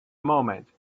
moment